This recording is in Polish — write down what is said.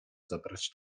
zabrać